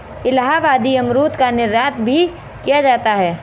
इलाहाबादी अमरूद का निर्यात भी किया जाता है